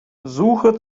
suche